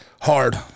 hard